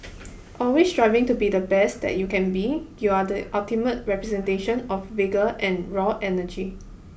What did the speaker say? always striving to be the best that you can be you are the ultimate representation of vigour and raw energy